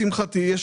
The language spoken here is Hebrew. לשמחתי,